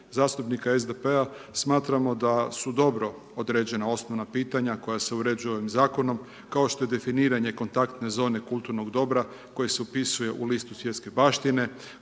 zastupnika SDP-a smatramo da su dobro određena osnovna pitanja koja se uređuju ovim zakonom, kao što je definiranje kontaktne zone kulturnog dobra, koja se upisuje u listu svjetske baštine,